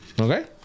Okay